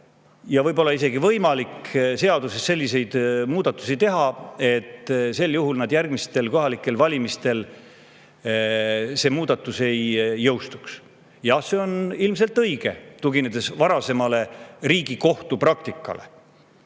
ja võib-olla isegi mitte võimalik seaduses selliseid muudatusi teha, et sel juhul enne järgmisi kohalikke valimisi see muudatus ei jõustuks. Jah, see on ilmselt õige, tuginedes varasemale Riigikohtu praktikale.